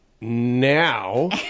now